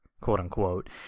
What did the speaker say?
quote-unquote